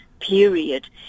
period